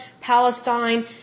Palestine